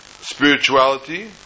spirituality